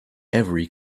every